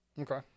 Okay